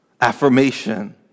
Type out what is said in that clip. affirmation